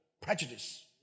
prejudice